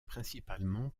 principalement